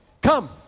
Come